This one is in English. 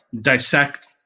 dissect